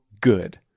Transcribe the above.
good